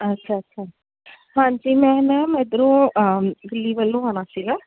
ਅੱਛਾ ਅੱਛਾ ਹਾਂਜੀ ਮੈਂ ਮੈਮ ਇਧਰੋਂ ਦਿੱਲੀ ਵੱਲੋਂ ਆਉਣਾ ਸੀਗਾ